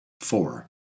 four